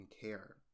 care